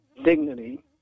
dignity